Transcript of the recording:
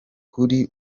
kuri